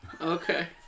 Okay